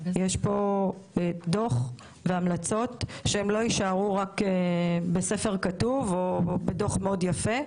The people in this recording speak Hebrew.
יש פה דוח והמלצות שלא יישארו רק בספר כתוב או בדוח מאוד יפה.